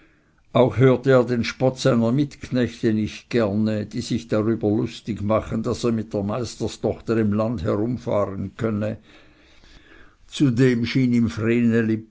auch hörte er den spott seiner mitknechte nicht gerne die sich lustig darüber machten daß er mit der meisterstochter im lande herumfahren könne zudem schien ihm